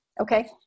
Okay